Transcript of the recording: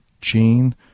Gene